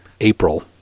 April